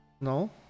No